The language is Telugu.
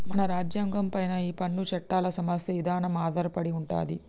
మన రాజ్యంగం పైనే ఈ పన్ను చట్టాల సమస్య ఇదానం ఆధారపడి ఉంటది